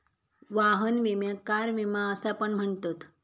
वाहन विम्याक कार विमा असा पण म्हणतत